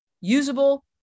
usable